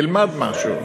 תלמד משהו.